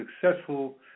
successful